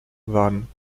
waren